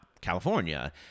california